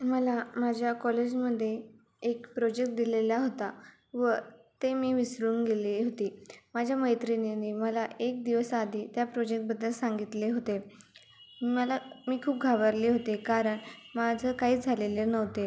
मला माझ्या कॉलेजमध्ये एक प्रोजेक्ट दिलेला होता व ते मी विसरून गेले होती माझ्या मैत्रिणीने मला एक दिवस आधी त्या प्रोजेक्टबद्दल सांगितले होते मला मी खूप घाबरले होते कारण माझं काहीच झालेले नव्हते